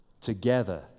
together